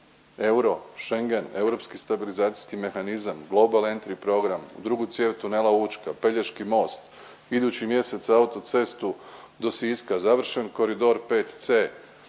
Euro, Schengen, Europski stabilizacijski mehanizam, Global Entry program, drugu cijev tunela Učka, Pelješki most, idući mjesec autocestu do Siska, završen koridor 5C,